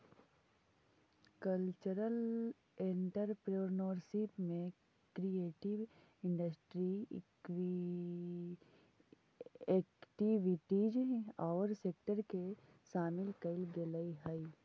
cultural entrepreneurship में creative industry activities औउर sector के शामिल कईल गेलई हई